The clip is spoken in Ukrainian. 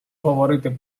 говорити